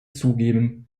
zugeben